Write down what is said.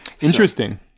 Interesting